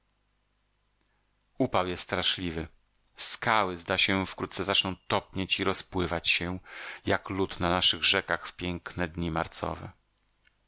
jest straszliwy skały zda się wkrótce zaczną topnieć i rozpływać się jak lód na naszych rzekach w piękne dnie marcowe